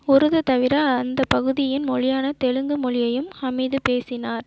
உருது தவிர அந்தப் பகுதியின் மொழியான தெலுங்கு மொழியையும் ஹமீது பேசினார்